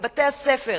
בבתי-הספר,